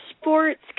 Sports